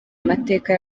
amateka